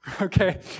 okay